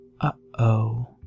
uh-oh